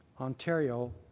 Ontario